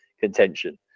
contention